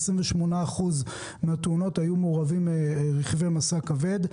ב- 28% מהתאונות היו מעורבים רכבי משא כבד.